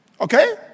Okay